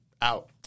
out